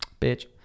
bitch